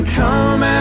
come